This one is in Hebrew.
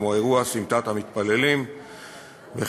כמו אירוע סמטת המתפללים בחברון,